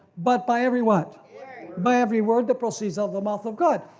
but by every one by every word that proceeds of the mouth of god.